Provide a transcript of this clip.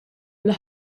bla